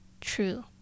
true